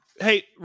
hey